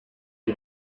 you